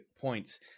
points